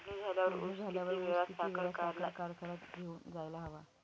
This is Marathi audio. तोडणी झाल्यावर ऊस किती वेळात साखर कारखान्यात घेऊन जायला हवा?